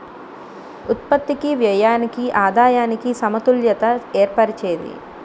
ఉత్పత్తికి వ్యయానికి ఆదాయానికి సమతుల్యత ఏర్పరిచేది